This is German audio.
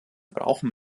brauchen